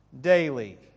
daily